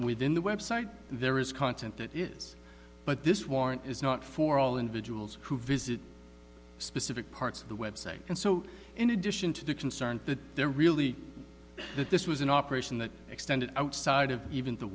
within the website there is content that is but this warrant is not for all individuals who visit specific parts of the website and so in addition to the concern that they're really that this was an operation that extended outside of even the